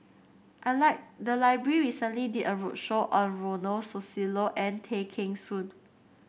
I like the library recently did a roadshow on Ronald Susilo and Tay Kheng Soon